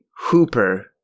hooper